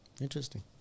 interesting